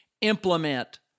implement